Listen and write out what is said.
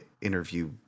interview